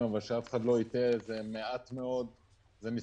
וגם אני חושבת שכן צריך לתת את הדעת על מה